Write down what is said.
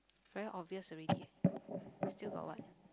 very obvious already still got what